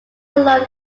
alone